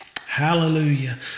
Hallelujah